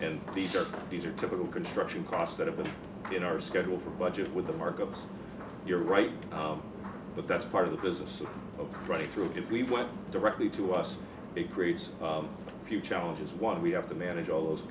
and these are these are typical construction costs that have been in our schedule for budget with the markups you're right but that's part of the business of running through if we went directly to us it creates few challenges one we have to manage all those